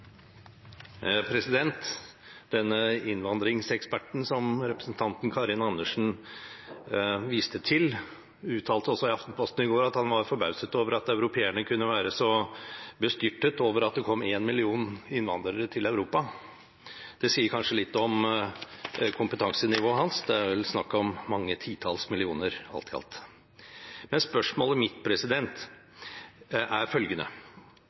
innvandringseksperten som representanten Karin Andersen viste til, uttalte i Aftenposten i går at han var forbauset over at europeerne kunne være så bestyrtet over at det kom en million innvandrere til Europa. Det sier kanskje litt om kompetansenivået hans. Det er vel snakk om mange titalls millioner alt i alt. Spørsmålet mitt er følgende: